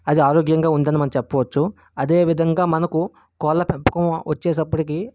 అది ఆరోగ్యాంగా ఉంది అని మనం చెప్పవచ్చు అదేవిధంగా మనకు కోళ్ళ పెంపకం వచ్చేటప్పటికీ